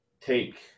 take